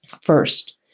First